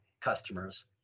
customers